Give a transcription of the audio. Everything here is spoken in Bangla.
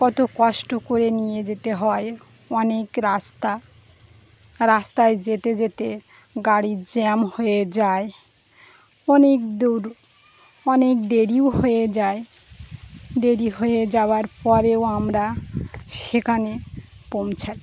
কত কষ্ট করে নিয়ে যেতে হয় অনেক রাস্তা রাস্তায় যেতে যেতে গাড়ির জ্যাম হয়ে যায় অনেক দূর অনেক দেরিও হয়ে যায় দেরি হয়ে যাওয়ার পরেও আমরা সেখানে পৌঁছাই